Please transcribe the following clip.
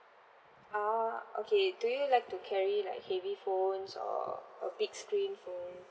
ah okay do you like to carry like heavy phones or a big screen phone